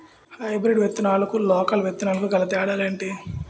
Hybrid విత్తనాలకు local విత్తనాలకు గల తేడాలు ఏంటి?